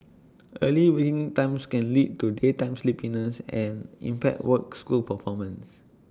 early win times can lead to daytime sleepiness and impaired work school performance